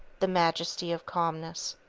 the majesty of calmness